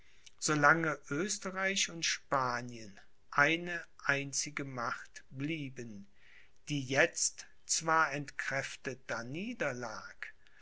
oesterreich und spanien eine einzige macht blieben die jetzt zwar entkräftet